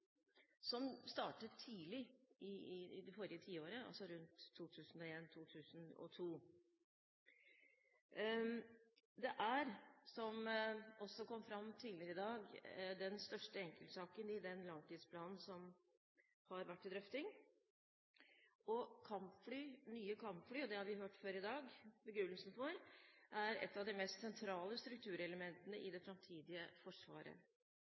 som startet tidlig i det forrige tiåret, altså rundt 2001–2002. Det er, som det også kom fram tidligere i dag, den største enkeltsaken i den langtidsplanen som har vært til drøfting, og nye kampfly – det har vi hørt begrunnelsen for før i dag – er et av de mest sentrale strukturelementene i det framtidige forsvaret.